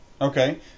okay